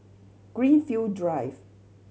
Greenfield Drive